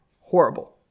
horrible